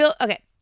Okay